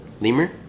Lemur